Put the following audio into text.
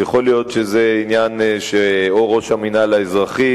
אז יכול להיות שזה עניין שאו ראש המינהל האזרחי